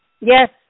Yes